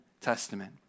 Testament